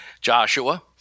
Joshua